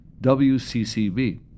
WCCB